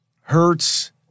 Hurts